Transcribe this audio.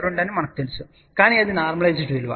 2 అని మనకు తెలుసు కాని అది నార్మలైస్ విలువ